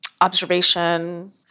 observation